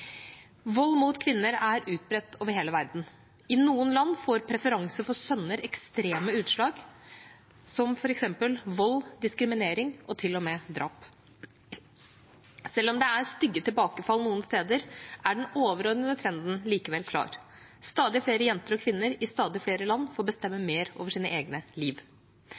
Vold mot kvinner er utbredt over hele verden. I noen land får preferanse for sønner ekstreme utslag, som f.eks. vold, diskriminering og til og med drap. Selv om det er stygge tilbakefall noen steder, er den overordnede trenden klar: Stadig flere jenter og kvinner i stadig flere land får bestemme mer over eget liv.